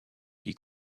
qui